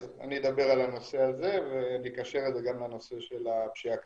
אז אני אדבר על הנושא הזה ואני אקשר את זה גם לנושא של הפשיעה הכלכלית.